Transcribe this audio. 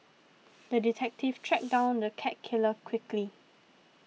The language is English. the detective tracked down the cat killer quickly